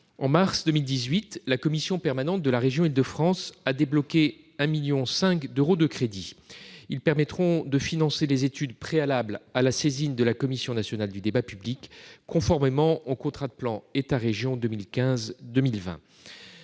En mars 2018, la commission permanente de la région d'Île-de-France a débloqué 1,5 million d'euros de crédits. Ces derniers permettront de financer les études préalables à la saisine de la Commission nationale du débat public, conformément au contrat de plan État-région 2015-2020.